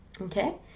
Okay